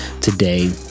today